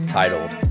titled